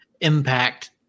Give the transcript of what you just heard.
impact